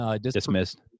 Dismissed